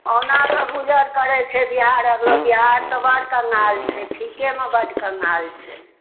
कहुना कऽ गुजर करै छै बिहारक लोक बिहार तऽ बड कङ्गाल छै ठीकेमे बड्ड कङ्गाल छै